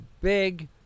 big